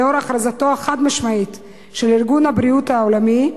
לנוכח הכרזתו החד-משמעית של ארגון הבריאות העולמי?